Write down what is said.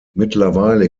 mittlerweile